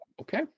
okay